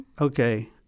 Okay